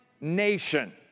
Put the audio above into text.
nation